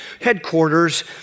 headquarters